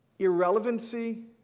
Irrelevancy